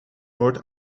noord